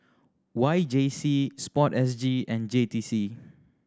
Y J C Sport S G and J T C